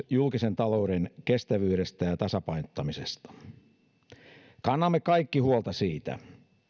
julkisen talouden kestävyydestä ja ja tasapainottamisesta kannamme kaikki huolta siitä